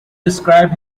describe